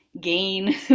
gain